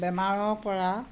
বেমাৰৰপৰা